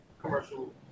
commercial